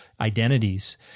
identities